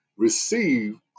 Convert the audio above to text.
Receive